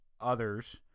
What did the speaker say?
others